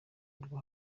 rwo